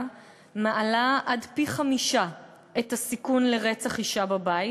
מעלה עד פי-חמישה את הסיכון לרצח אישה בבית,